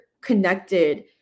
connected